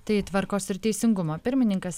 tai tvarkos ir teisingumo pirmininkas